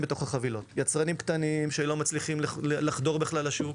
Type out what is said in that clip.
בתוך החבילות כמו יצרנים קטנים שבכלל לא מצליחים לחדור לשוק